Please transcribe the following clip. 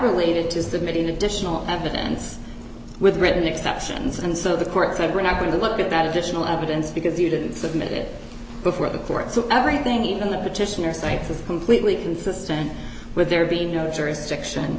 related to submitting additional evidence with written exceptions and so the court said we're not going to look at that additional evidence because you didn't submit it before the th so everything in the petitioner states is completely consistent with there being no jurisdiction